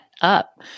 up